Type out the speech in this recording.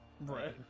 right